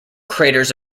craters